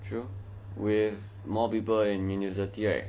true with more people in university right